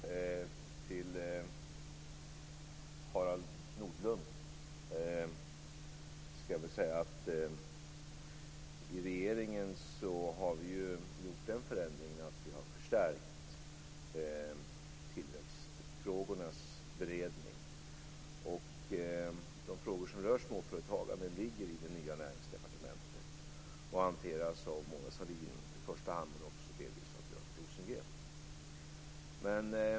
Fru talman! Till Harald Nordlund skall jag säga att vi i regeringen har gjort den förändringen att vi har förstärkt tillväxtfrågornas beredning. De frågor som rör småföretagande ligger i det nya Näringsdepartementet och hanteras av Mona Sahlin i första hand men också delvis av Björn Rosengren.